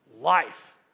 life